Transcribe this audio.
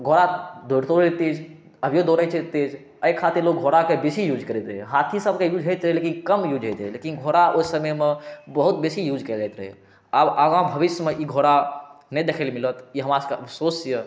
घोड़ा दौड़ितौ तेज अभियो दौड़े छै तेज एहि खातिर लोक घोड़ाक बेसी यूज़ करैत रहै हाथीसभके यूज़ होइत रहै लेकिम कम यूज़ होइत रहै लेकिन घोड़ा ओहि समयमे बहुत बेसी यूज़ कयल जाइ रहै आब आगाँ भविष्यमे ई घोड़ा नहि देखलए मिलत ई हमरासभके अफ़सोस यऽ